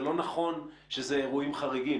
זה לא נכון שאלה אירועים חריגים.